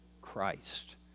Christ